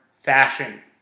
fashion